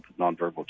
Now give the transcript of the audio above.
nonverbal